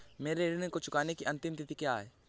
मेरे ऋण को चुकाने की अंतिम तिथि क्या है?